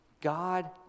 God